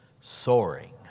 soaring